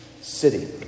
city